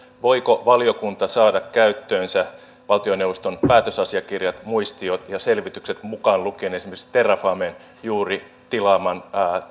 voiko valiokunta saada käyttöönsä valtioneuvoston päätösasiakirjat muistiot ja selvitykset mukaan lukien esimerkiksi terrafamen juuri tilaaman